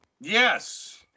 Yes